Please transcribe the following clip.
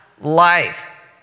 life